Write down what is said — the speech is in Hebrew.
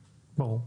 ברור.